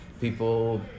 people